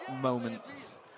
moments